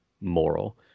moral